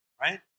right